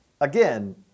again